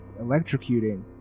electrocuting